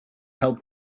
held